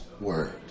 word